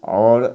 आओर